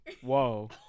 Whoa